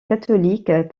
catholique